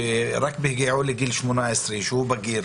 רק בהגיעו לגיל 18, כשהוא בגיר.